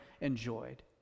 enjoyed